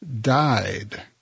Died